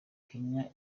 kenya